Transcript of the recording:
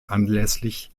anlässlich